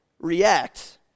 react